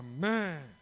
Amen